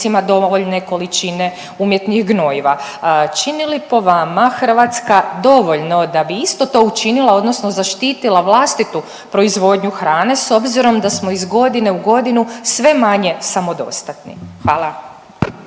dovoljne količine umjetnih gnojiva. Čini li po vama Hrvatska dovoljno da bi isto to učinila odnosno zaštitila vlastitu proizvodnju hrane s obzirom da smo iz godine u godinu sve manje samodostatni? Hvala.